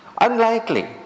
Unlikely